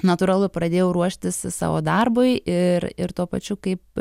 natūralu pradėjau ruoštis savo darbui ir ir tuo pačiu kaip